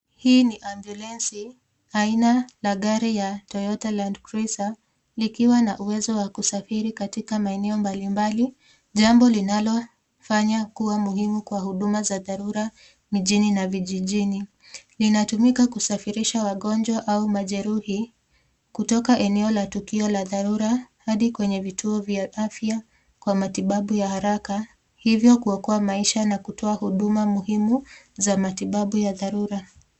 Hii ni ambulensi aina ya gari la Toyota Landcruiser likiwa na uwezo wa kusafiri katika maeneo mbalimbali jambo linalofanya kuwa muhimu kwa huduma za dharura mjini na vijijini. Linatumika kusafirisha wagonjwa au majeruhi kutoka eneo la tukio la dharura hadi kwenye vituo vya afya kwa matibabu ya haraka hivyo kuokoa maisha na kutoa huduma muhimu za matibabu ya dharura.